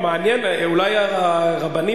אגב, מעניין, אדוני, אם מישהו